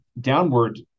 downward